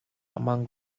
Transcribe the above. among